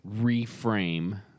reframe